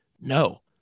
no